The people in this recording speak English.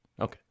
Okay